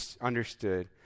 understood